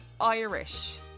Irish